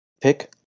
pick